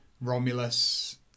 Romulus